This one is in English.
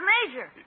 Major